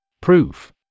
Proof